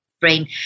brain